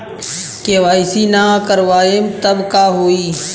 KYC ना करवाएम तब का होई?